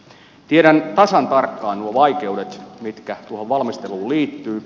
tiedän tasan tarkkaan nuo vaikeudet mitkä tuohon valmisteluun liittyvät